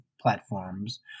platforms